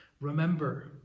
Remember